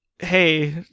hey